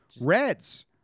Reds